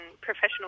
professional